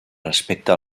respecte